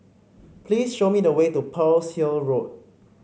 please show me the way to Pearl's Hill Road